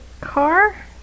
car